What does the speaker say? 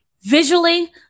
Visually